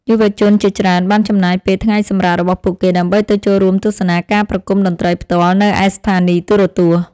យុវជនជាច្រើនបានចំណាយពេលថ្ងៃសម្រាករបស់ពួកគេ ដើម្បីទៅចូលរួមទស្សនាការប្រគំតន្ត្រីផ្ទាល់នៅឯស្ថានីយទូរទស្សន៍។